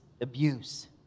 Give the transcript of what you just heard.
abuse